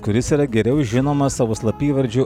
kuris yra geriau žinomas savo slapyvardžiu